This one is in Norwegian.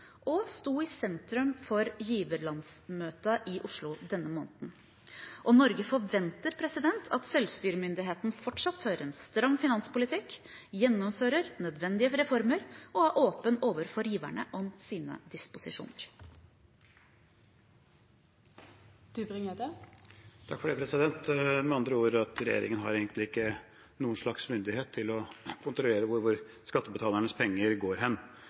og sto i sentrum for giverlandsmøtet i Oslo denne måneden. Norge forventer at selvstyremyndigheten fortsatt fører en stram finanspolitikk, gjennomfører nødvendige reformer og er åpen overfor giverne om sine disposisjoner. Med andre ord har regjeringen egentlig ikke noen slags myndighet til å kontrollere hvor skattebetalernes penger går.